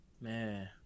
man